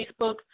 Facebook